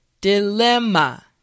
Dilemma